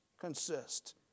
consist